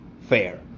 fair